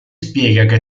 spiega